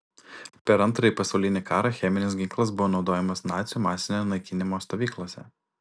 per antrąjį pasaulinį karą cheminis ginklas buvo naudojamas nacių masinio naikinimo stovyklose